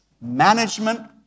management